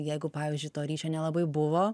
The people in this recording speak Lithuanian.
jeigu pavyzdžiui to ryšio nelabai buvo